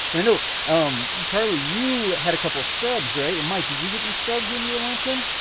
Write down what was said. and no. um charlie, you had a couple scrubs, right? and mike, did you get these scrubs when you were launching?